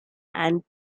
and